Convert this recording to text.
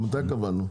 מתי קבענו?